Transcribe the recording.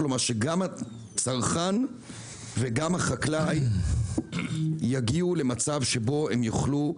כלומר שגם הצרכן וגם החקלאי יגיעו למצב שהם יוכלו,